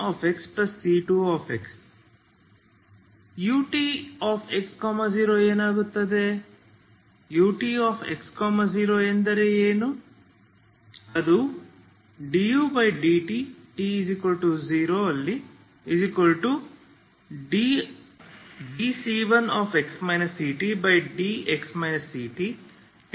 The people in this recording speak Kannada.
fxc1xc2x utx0 ಏನಾಗುತ್ತದ utx0ಎಂದರೇನು